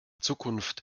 zukunft